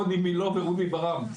רוני מילוא ועוזי ברעם,